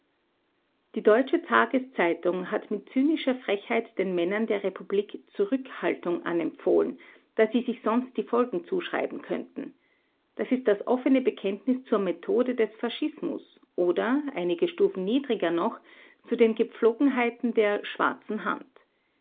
die deutsche tageszeitung hat mit zynischer frechheit den männern der republik zurückhaltung anempfohlen da sie sich sonst die folgen zuschreiben könnten das ist das offene bekenntnis zur methode des fascismus oder einige stufen niedriger noch zu den gepflogenheiten der schwarzen hand